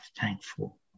thankful